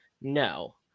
no